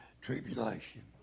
tribulation